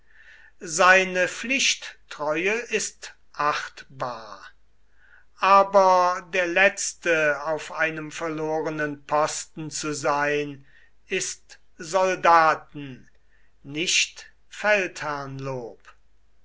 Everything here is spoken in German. seine pflichttreue ist achtbar aber der letzte auf einem verlorenen posten zu sein ist soldaten nicht feldherrnlob